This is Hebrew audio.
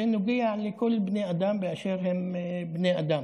זה נוגע לכל בני האדם באשר הם בני אדם.